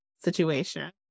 situation